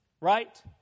Right